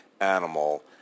animal